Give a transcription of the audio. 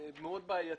מאוד בעייתית.